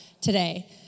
today